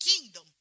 kingdom